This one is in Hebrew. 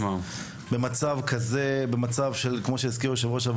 הם אפילו לא מוצאים את עצמם.